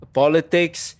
politics